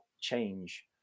change